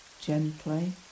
gently